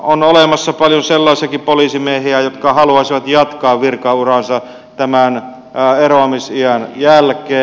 on olemassa paljon sellaisiakin poliisimiehiä jotka haluaisivat jatkaa virkauraansa tämän eroamisiän jälkeen